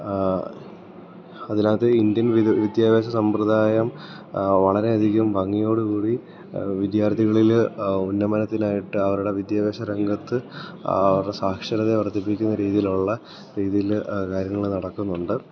അതിനാത്ത് ഇന്ത്യൻ വിദ്യാഭ്യാസ സമ്പ്രദായം വളരെയധികം ഭംഗിയോടു കൂടി വിദ്യാർത്ഥികളിൽ ഉന്നമനത്തിനായിട്ട് അവരുടെ വിദ്യാഭ്യാസ രംഗത്ത് അവരുടെ സാക്ഷരതയെ വർദ്ധിപ്പിക്കുന്ന രീതിയിലുള്ള രീതിയിൽ കാര്യങ്ങൾ നടക്കുന്നുണ്ട്